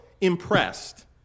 impressed